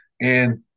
And-